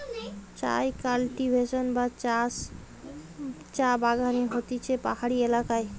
চায় কাল্টিভেশন বা চাষ চা বাগানে হতিছে পাহাড়ি এলাকায়